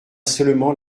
seulement